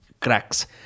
cracks